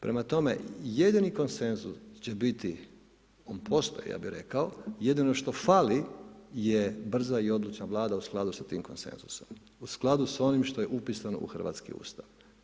Prema tome, jedini konsenzus će biti, on postoji, ja bi rekao, jedino što fali je brza i odlučna Vlada u skladu s tim konsenzusom, u skladu s onim što je upisano u Hrvatski Ustav.